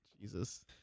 Jesus